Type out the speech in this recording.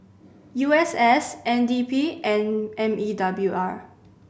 U S S N D P and M E W R